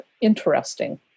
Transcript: interesting